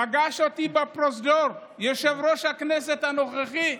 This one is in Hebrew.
פגש אותי בפרוזדור יושב-ראש הכנסת הנוכחי,